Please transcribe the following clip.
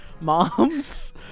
moms